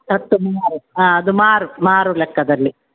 ಹತ್ತು ಮಾರು ಹಾಂ ಅದು ಮಾರು ಮಾರು ಲೆಕ್ಕದಲ್ಲಿ